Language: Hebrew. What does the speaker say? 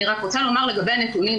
אני רוצה לומר לגבי הנתונים,